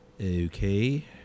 okay